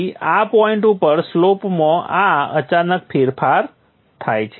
તેથી આ પોઈન્ટ ઉપર સ્લોપમાં આ અચાનક ફેરફાર થાય છે